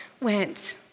went